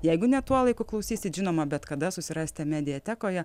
jeigu ne tuo laiku klausysit žinoma bet kada susirasite mediatekoje